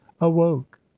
awoke